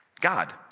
God